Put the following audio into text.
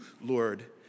Lord